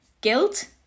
Guilt